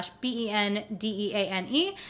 B-E-N-D-E-A-N-E